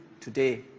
today